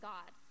God